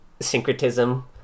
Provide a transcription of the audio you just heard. syncretism